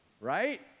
right